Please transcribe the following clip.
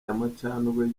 amacandwe